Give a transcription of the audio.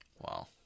Wow